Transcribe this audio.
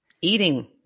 eating